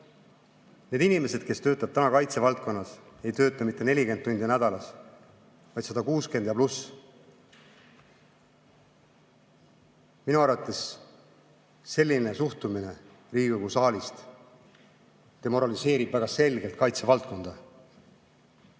Need inimesed, kes töötavad täna kaitsevaldkonnas, ei tööta mitte 40 tundi nädalas, vaid 160 ja pluss. Minu arvates selline suhtumine Riigikogu saalist demoraliseerib väga selgelt kaitsevaldkonda.